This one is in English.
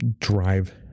drive